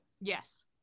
Yes